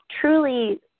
truly